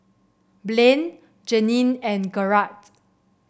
Blaine Janine and Garett